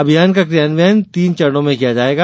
अभियान का कियान्वयन तीन चरणों में किया जाएगा